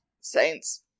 Saints